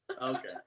Okay